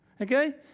okay